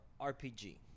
RPG